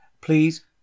Please